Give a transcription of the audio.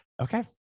Okay